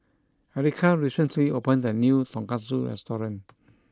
Erica recently opened a new Tonkatsu restaurant